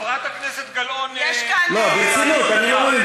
חברת הכנסת גלאון, לא, ברצינות, אני לא מבין.